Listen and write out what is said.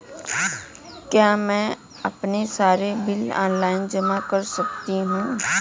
क्या मैं अपने सारे बिल ऑनलाइन जमा कर सकती हूँ?